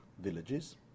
villages